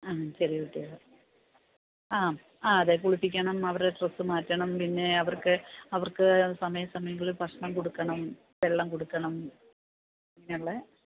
ആ ചെറിയ കുട്ടികളാണ് ആ അതെ കുളിപ്പിക്കണം അവരുടെ ഡ്രസ്സ് മാറ്റണം പിന്നെ അവർക്ക് അവർക്ക് സമയാസമയങ്ങളിൽ ഭക്ഷണം കൊടുക്കണം വെള്ളം കൊടുക്കണം അങ്ങനെയുള്ള